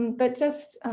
but just,